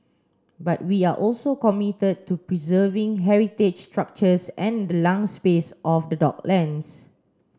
but we are also committed to preserving heritage structures and the lung space of the docklands